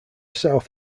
south